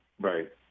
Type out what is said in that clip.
Right